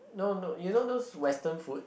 no no you know those western food